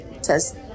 says